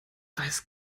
weiß